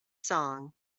song